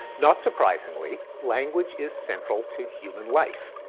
not surprisingly, language is central to human life.